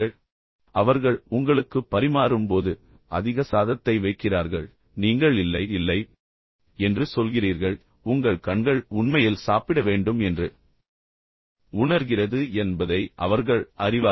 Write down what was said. எனவே அவர்கள் உங்களுக்கு அதிகமாக பரிமாறும்போது அவர்கள் அதிக சாதத்தை வைக்கிறார்கள் நீங்கள் இல்லை இல்லை இல்லை என்று சொல்கிறீர்கள் ஆனால் அவர்கள் உங்களைப் பார்க்கிறார்கள் பின்னர் உங்கள் கண்கள் உண்மையில் சாப்பிட வேண்டும் என்று உணர்கிறீர்கள் என்பதை அவர்கள் அறிவார்கள்